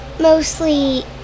mostly